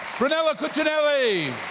brunello cucinelli.